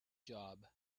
job